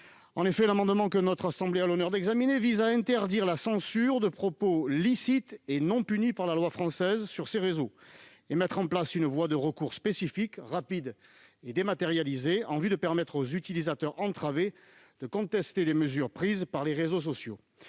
numérique. L'amendement que notre assemblée a l'honneur d'examiner vise à interdire la censure de propos licites et non punis par la loi française sur ces réseaux et à mettre en place une voie de recours spécifique, rapide et dématérialisée, en vue de permettre aux utilisateurs entravés de contester les mesures prises par les réseaux sociaux.